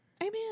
Amen